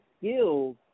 skills